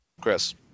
Chris